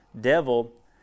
Devil